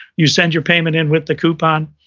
you send your payment in with the coupon.